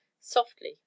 softly